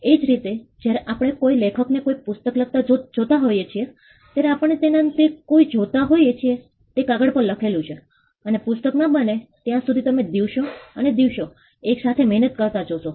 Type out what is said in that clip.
એ જ રીતે જ્યારે આપણે કોઈ લેખકને કોઈ પુસ્તક લખતા જોતા હોઈએ છીએ ત્યારે આપણે તેમાં જે કાંઈ જોતા હોઈએ છીએ તે કાગળ પર લખેલું છે અને પુસ્તક ન બને ત્યાં સુધી તમે દિવસો અને દિવસો એક સાથે મહેનત કરતા જોશો